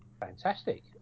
fantastic